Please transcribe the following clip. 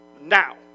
now